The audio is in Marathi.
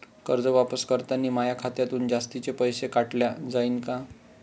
कर्ज वापस करतांनी माया खात्यातून जास्तीचे पैसे काटल्या जाईन का?